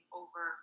over